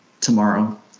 tomorrow